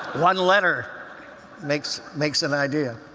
one letter makes makes an idea.